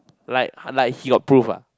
like like he got proof ah